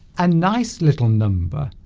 a nice little number